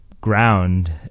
ground